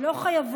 שם